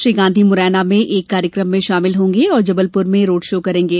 श्री गांधी मुरैना में एक कार्यक्रम में शामिल होंगे और जबलपुर में रोड शो करेंगे